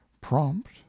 prompt